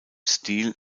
stil